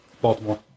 Baltimore